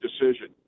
decision